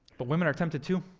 but women are tempted, too.